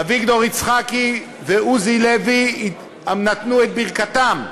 אביגדור יצחקי ועוזי לוי נתנו את ברכתם,